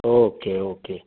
okay okay